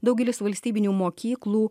daugelis valstybinių mokyklų